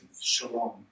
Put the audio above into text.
shalom